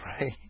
right